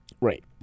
Right